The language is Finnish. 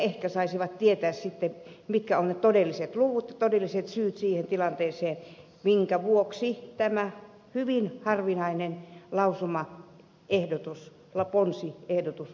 ehkä sitten saataisiin tietää mitkä ovat ne todelliset luvut todelliset syyt siihen tilanteeseen minkä vuoksi tämä hyvin harvinainen lausumaehdotus ponsiehdotus on tähän sisällytetty